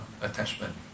attachment